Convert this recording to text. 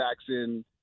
Jackson